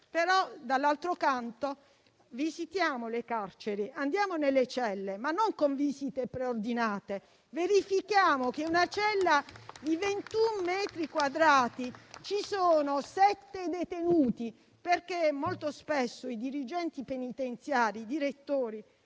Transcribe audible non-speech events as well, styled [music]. però, occorre visitare le carceri e andare nelle celle, ma non con visite preordinate. [applause] Verifichiamo che in una cella di 21 metri quadrati ci sono sette detenuti, perché molto spesso i dirigenti penitenziari e i direttori,